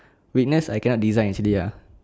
weakness I cannot design actually ya